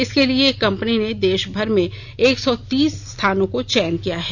इसके लिए कंपनी ने देशभर में एक सौ तीस स्थानों का चयन किया है